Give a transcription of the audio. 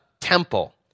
temple